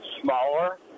smaller